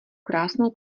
krásnou